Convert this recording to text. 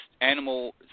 animal